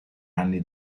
anni